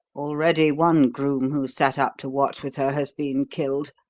already one groom who sat up to watch with her has been killed,